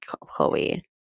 Chloe